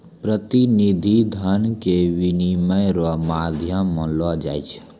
प्रतिनिधि धन के विनिमय रो माध्यम मानलो जाय छै